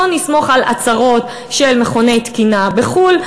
בואו נסמוך על הצהרות של מכוני תקינה בחו"ל,